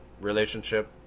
relationship